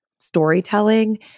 Storytelling